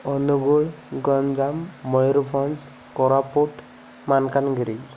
Angul Ganjam Mayurbhanj Koraput Malkangiri